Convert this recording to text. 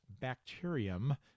bacterium